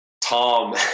Tom